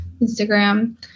Instagram